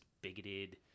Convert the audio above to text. bigoted